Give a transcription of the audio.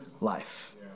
life